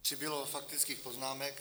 Přibylo faktických poznámek.